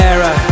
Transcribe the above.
Era